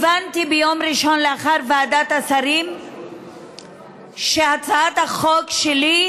הבנתי ביום ראשון לאחר ועדת השרים שהצעת החוק שלי,